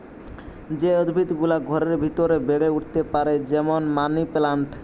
যে উদ্ভিদ গুলা ঘরের ভিতরে বেড়ে উঠতে পারে যেমন মানি প্লান্ট